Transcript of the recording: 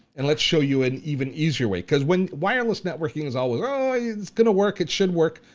and let's show you an even easier way cause when wireless networking is always ah, it's gonna work. it should work.